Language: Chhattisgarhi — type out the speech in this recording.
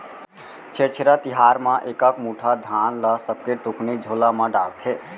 छेरछेरा तिहार म एकक मुठा धान ल सबके टुकनी झोला म डारथे